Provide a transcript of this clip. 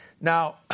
Now